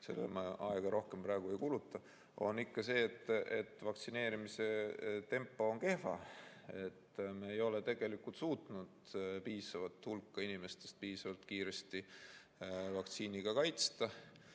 sellele ma rohkem aega praegu ei kuluta – on ikka see, et vaktsineerimise tempo on kehva. Me ei ole suutnud piisavat hulka inimesi piisavalt kiiresti vaktsiiniga kaitsta.